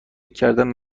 کردند